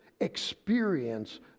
experience